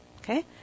Okay